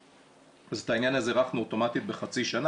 אז את העניין הזה הארכנו אוטומטית בחצי שנה